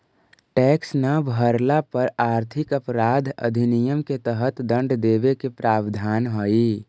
tax न भरला पर आर्थिक अपराध अधिनियम के तहत दंड देवे के प्रावधान हई